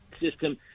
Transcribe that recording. system